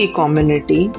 community